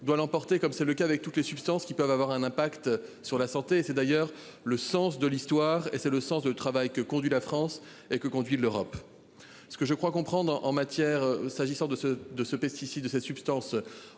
doit l'emporter comme c'est le cas avec toutes les substances qui peuvent avoir un impact sur la santé. C'est d'ailleurs le sens de l'histoire et c'est le sens de travail que conduit la France et que conduit l'Europe. Ce que je crois comprendre en matière s'agissant de ce de ce pesticide de sa substance.